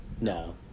no